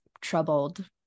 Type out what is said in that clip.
troubled